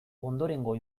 ondorengo